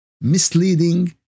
misleading